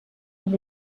amb